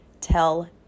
tell